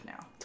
now